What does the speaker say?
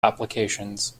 applications